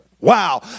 Wow